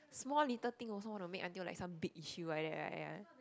small little thing also want to make until like big issue like that right ya ya